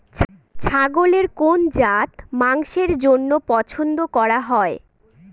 ছাগলের কোন জাত মাংসের জন্য পছন্দ করা হয়?